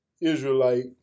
Israelite